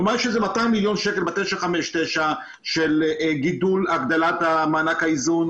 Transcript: כלומר יש 200 מיליון שקל בתוכנית 959 של הגדלת מענק האיזון.